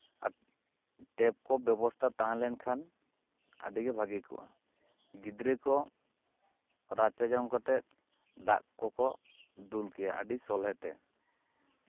ᱟᱨ tap ᱠᱚ ᱵᱮᱵᱚᱥᱛᱷᱟ ᱠᱚ ᱛᱟᱦᱮᱸ ᱞᱮᱱᱠᱷᱟᱱ ᱟᱹᱰᱤᱜᱮ ᱵᱷᱟᱹᱜᱤ ᱠᱚᱜᱼᱟ ᱜᱤᱫᱽᱨᱟᱹ ᱠᱚ ᱨᱟᱪᱟ ᱡᱚᱝ ᱠᱟᱛᱮᱜ ᱫᱟᱠ ᱠᱚᱠᱚ ᱫᱩᱞ ᱠᱮᱭᱟ ᱟᱹᱰᱤ ᱥᱚᱞᱦᱮᱛᱮ